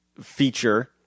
feature